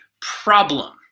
problem